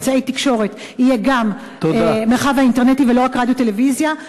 "אמצעי תקשורת" יהיה גם המרחב האינטרנטי ולא רק רדיו וטלוויזיה.